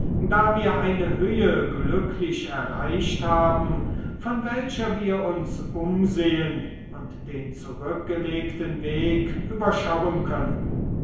da wir eine höhe glücklich erreicht haben von welcher wir uns umsehen und den zurückgelegten weg überschauen können